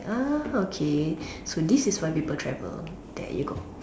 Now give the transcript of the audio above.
ah okay so this is why people travel there you go